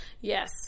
yes